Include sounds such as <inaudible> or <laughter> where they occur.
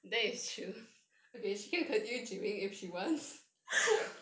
<laughs>